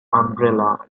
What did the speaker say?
umbrella